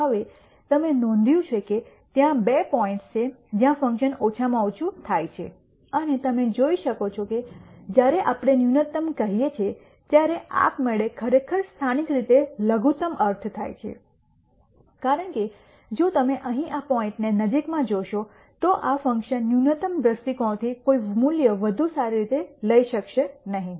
હવે તમે નોંધ્યું છે કે ત્યાં બે પોઈન્ટ્સ છે જ્યાં ફંકશન ઓછામાં ઓછું થાય છે અને તમે જોઈ શકો છો કે જ્યારે આપણે ન્યૂનતમ કહીએ છીએ ત્યારે આપમેળે ખરેખર સ્થાનિક રીતે લઘુત્તમ અર્થ થાય છે કારણ કે જો તમે અહીં આ પોઇન્ટ ને નજીકમાં જોશો તો આ ફંકશન ન્યૂનતમ દ્રષ્ટિકોણથી કોઈ મૂલ્ય વધુ સારી રીતે લઈ શકશે નહીં